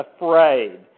afraid